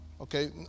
Okay